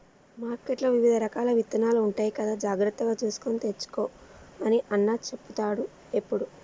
మార్కెట్లో వివిధ రకాల విత్తనాలు ఉంటాయి కదా జాగ్రత్తగా చూసుకొని తెచ్చుకో అని అన్న చెపుతాడు ఎప్పుడు